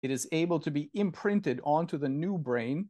It is able to be imprinted onto the new brain.